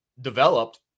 developed